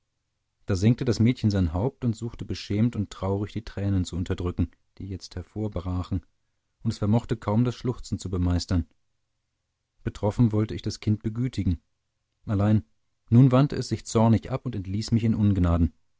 da senkte das mädchen sein haupt und suchte beschämt und traurig die tränen zu unterdrücken die jetzt hervorbrachen und es vermochte kaum das schluchzen zu bemeistern betroffen wollte ich das kind begütigen allein nun wandte es sich zornig ab und entließ mich in ungnaden